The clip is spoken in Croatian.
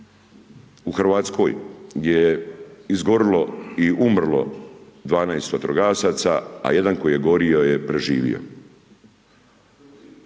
u Hrvatskoj, gdje je izgorilo i umrlo 12 vatrogasaca, a 1 koji je gorio je preživio.